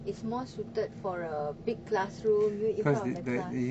is more suited for a big classroom you in front of the class